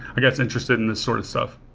i guess, interested in this sort of stuff.